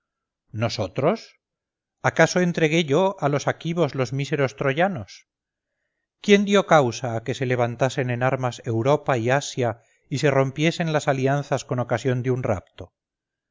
nosotros acaso entregué yo a los aquivos los míseros troyanos quién dio causa a que se levantasen en armas europa y asia y se rompiesen las alianzas con ocasión de un rapto